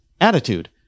attitude